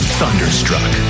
thunderstruck